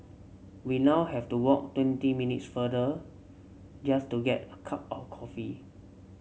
we now have to walk twenty minutes farther just to get a cup of coffee